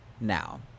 Now